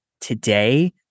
today